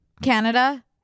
Canada